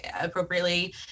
appropriately